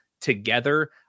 Together